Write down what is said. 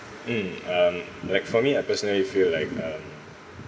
mm um like for me I personally feel like um